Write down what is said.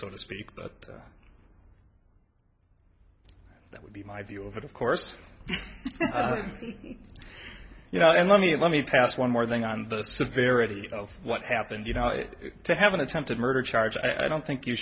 so to speak but that would be my view of it of course you know and let me let me pass one more thing on the severity of what happened you know it to have an attempted murder charge i don't think you